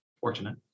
fortunate